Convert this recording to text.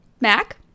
Mac